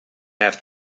have